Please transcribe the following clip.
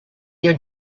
your